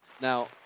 Now